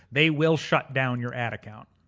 they will shut down your ad account.